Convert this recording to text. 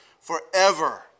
forever